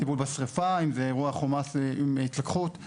טיפול בשריפה אם זה אירוע חומ"ס עם התלקחות,